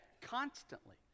constantly